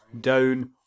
down